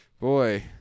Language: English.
Boy